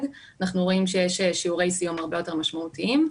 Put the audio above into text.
אנחנו רואים שיש שיעורי סיום הרבה יותר משמעותיים.